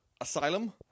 Asylum